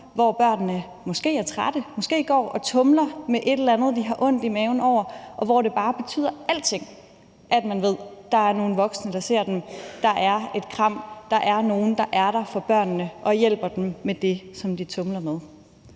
hvor børnene måske er trætte, måske går og tumler med et eller andet, de har ondt i maven over, hvor det bare betyder alting, at man ved, at der er nogle voksne, der ser dem, at der er et kram, at der er nogle, der er der for børnene og hjælper dem med det, som de tumler med.